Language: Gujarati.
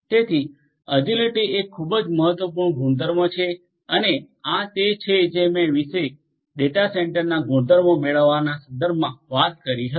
તેથી ચપળતા એ ખૂબ જ મહત્વપૂર્ણ ગુણધર્મ છે અને આ તે છે જે વિશે મેં ડેટા સેન્ટરના ગુણધર્મો મેળવવાના સંદર્ભમાં વાત કરી હતી